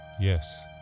Yes